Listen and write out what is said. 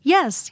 Yes